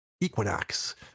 equinox